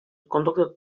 conducted